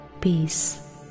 Peace